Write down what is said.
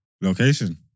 Location